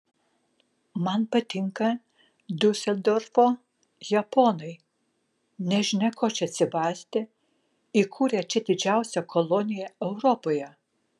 man patinka diuseldorfo japonai nežinia ko čia atsibastę įkūrę čia didžiausią koloniją europoje